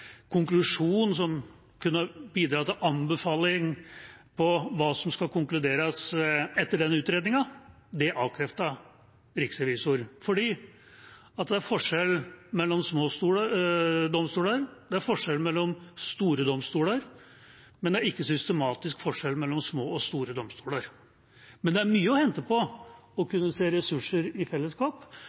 som kunne bidra til anbefaling om hva som skal konkluderes etter denne utredningen. Det avkreftet riksrevisoren. For det er forskjell mellom små domstoler, det er forskjell mellom store domstoler, men det er ikke systematisk forskjell mellom små og store domstoler. Men det er mye å hente på å kunne se ressurser i fellesskap